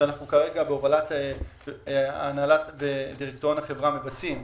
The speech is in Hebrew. שאנחנו כרגע בהובלת דירקטוריון החברה מבצעים,